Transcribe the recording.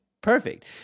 Perfect